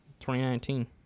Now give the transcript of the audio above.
2019